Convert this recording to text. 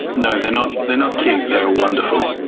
no they're not they're not cute, they're wonderful.